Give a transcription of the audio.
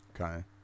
Okay